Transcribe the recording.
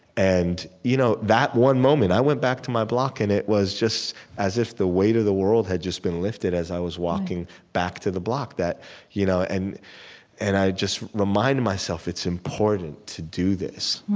and you know that one moment, i went back to my block and it was just as if the weight of the world had just been lifted as i was walking back to the block. you know and and i just reminded myself it's important to do this